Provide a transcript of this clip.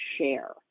share